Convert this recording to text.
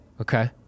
Okay